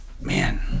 man